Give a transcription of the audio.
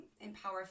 empower